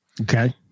Okay